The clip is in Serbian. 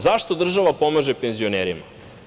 Zašto država pomaže penzionerima?